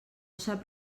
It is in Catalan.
sap